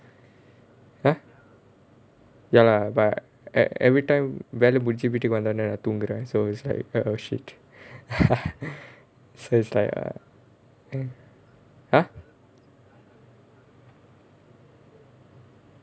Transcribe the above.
!huh! ya lah but ev~ everytime வேலை முடிச்சு வீட்டுக்கு வந்தவுடனே தூங்குற:velai mudichchu veetukku vantha udanae thoongura so it's like orh oh shit so it's like err !huh!